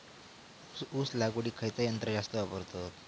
ऊस लावडीक खयचा यंत्र जास्त वापरतत?